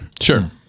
Sure